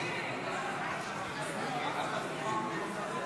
37. אני קובע כי